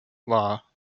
law